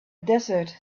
desert